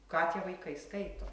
ką tie vaikai skaito